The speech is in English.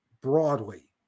broadly